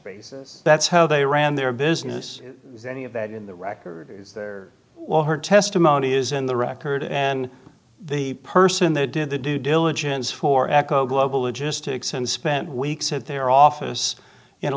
basis that's how they ran their business is any of that in the record is there well her testimony is in the record and the person that did the due diligence for echo global logistics and spent weeks at their office in a